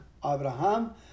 Abraham